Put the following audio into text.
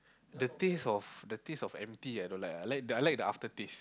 the taste of the taste of empty I don't like ah I like I like the aftertaste